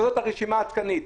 וזאת הרשימה העדכנית.